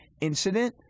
incident